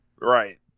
right